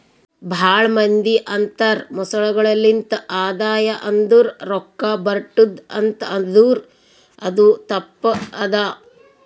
ಭಾಳ ಮಂದಿ ಅಂತರ್ ಮೊಸಳೆಗೊಳೆ ಲಿಂತ್ ಆದಾಯ ಅಂದುರ್ ರೊಕ್ಕಾ ಬರ್ಟುದ್ ಅಂತ್ ಆದುರ್ ಅದು ತಪ್ಪ ಅದಾ